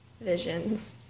visions